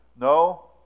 no